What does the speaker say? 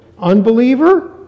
unbeliever